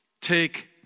take